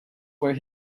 where